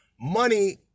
money